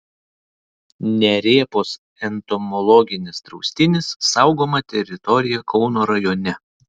nerėpos entomologinis draustinis saugoma teritorija kauno rajone